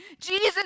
Jesus